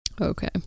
okay